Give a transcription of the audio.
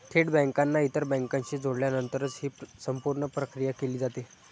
थेट बँकांना इतर बँकांशी जोडल्यानंतरच ही संपूर्ण प्रक्रिया केली जाते